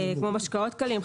כמו משקאות קלים,